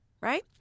right